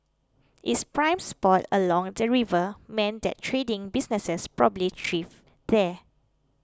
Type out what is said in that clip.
it's prime spot along the river meant that trading businesses probably thrived there